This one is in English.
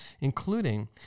including